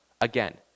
again